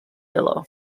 below